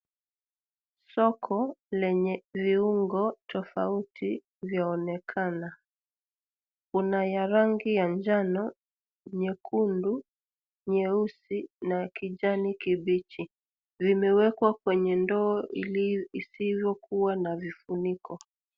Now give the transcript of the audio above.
Soko lenye viungo tofauti vyaonekana. Kuna ya rangi ya njano, nyekundu, nyeusi na kijani kibichi. Vimewekwa kwenye ndoo ili isivyokuwa na vifuniko.